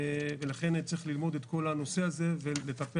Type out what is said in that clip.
ולכן צריך ללמוד את כל הנושא הזה ולטפח